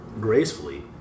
gracefully